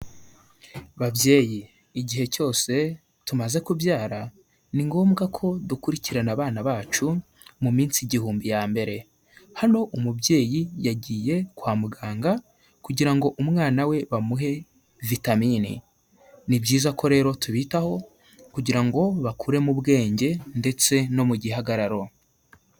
Babyeyi igihe cyose tumaze kubyara ni ngombwa ko dukurikirana abana bacu mu minsi igihumbi ya mbere, hano umubyeyi yagiye kwa muganga kugira ngo umwana we bamuhe vitamine, ni byiza ko rero tubitaho kugira ngo bakure mu bwenge ndetse no mu gihagararo.